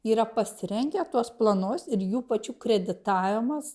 yra pasirengę tuos planus ir jų pačių kreditavimas